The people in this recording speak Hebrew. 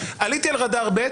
עליתי על רדאר ב',